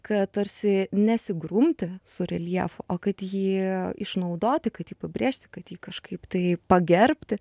kad tarsi nesigrumti su reljefu o kad jį išnaudoti kad jį pabrėžti kad jį kažkaip tai pagerbti